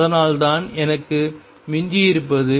அதனால்தான் எனக்கு மிஞ்சியிருப்பது